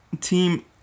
Team